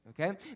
Okay